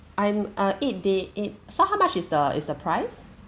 I'm uh eight day eight so how much is the is the price